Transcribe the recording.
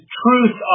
truth